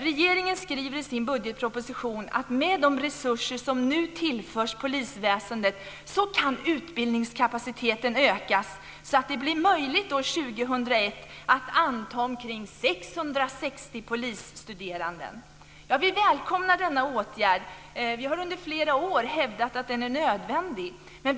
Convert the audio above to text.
Regeringen skriver i sin budgetproposition att med de resurser som nu tillförs polisväsendet kan utbildningskapaciteten ökas så att det blir möjligt att år 2001 anta omkring 660 polisstuderande. Vi välkomnar denna åtgärd. Vi har under flera år hävdat att den är nödvändig.